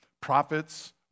prophets